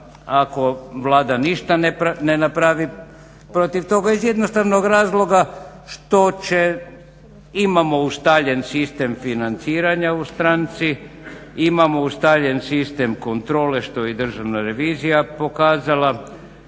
ako Vlada ništa ne napravi protiv toga iz jednostavnog razloga što imamo ustaljen sistem financiranja u stranci, imamo ustaljen sistem kontrole što je i državna revizija pokazala,